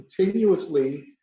continuously